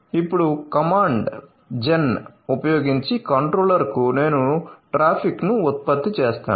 ఇప్పుడు command gen ఉపయోగించి కంట్రోలర్కు నేను ట్రాఫిక్ను ఉత్పత్తి చేస్తాను